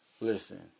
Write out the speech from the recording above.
listen